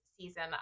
season